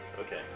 Okay